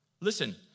Listen